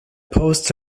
post